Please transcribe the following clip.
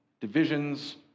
divisions